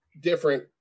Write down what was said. different